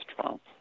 Trump